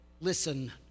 listen